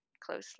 closely